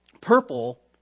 Purple